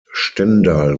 stendal